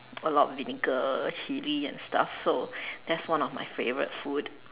a lot of vinegar chili and stuff so that's one of my favourite food